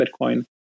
Bitcoin